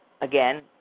again